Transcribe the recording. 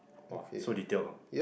[wah] so detailed ah